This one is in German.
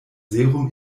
serum